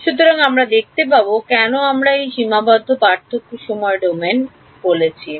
সুতরাং আমরা দেখতে পাব কেন আমরা এই সীমাবদ্ধ পার্থক্য সময় ডোমেইন বলেছি